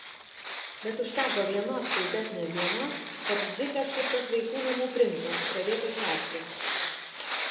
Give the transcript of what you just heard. bet užteko vienos šiltesnės dienos kad dzikas kaip tas vaikų namų princas pradėtų šertis